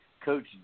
Coach